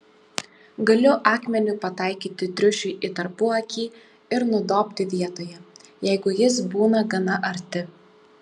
galiu akmeniu pataikyti triušiui į tarpuakį ir nudobti vietoje jeigu jis būna gana arti